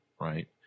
right